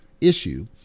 issue